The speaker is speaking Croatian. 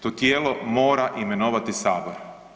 To tijelo mora imenovati Sabor.